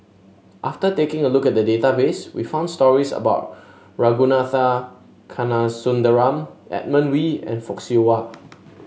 after taking a look at the database we found stories about Ragunathar Kanagasuntheram Edmund Wee and Fock Siew Wah